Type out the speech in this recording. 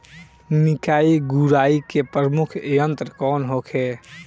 निकाई गुराई के प्रमुख यंत्र कौन होखे?